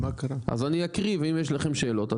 אז אני אקריא ואם יש לכם שאלות.